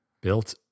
built